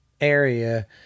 area